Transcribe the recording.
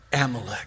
Amalek